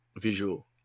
visual